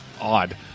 odd